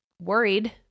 worried